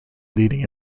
leading